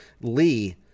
Lee